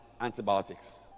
antibiotics